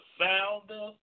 founder